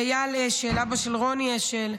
ואייל אשל, אבא של רוני אשל,